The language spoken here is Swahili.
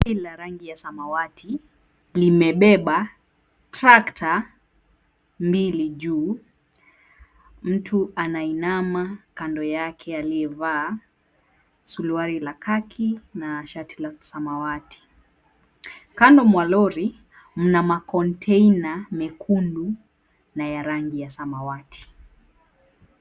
Lori la rangi ya samawati limebeba trakta mbili juu, mtu anainama kando yake aliyevaa suruali la khaki na shati la samawati. Kando mwa lori mna makonteina mekundu na ya rangi ya samawati.